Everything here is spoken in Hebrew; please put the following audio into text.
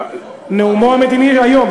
נאומו המדיני היום,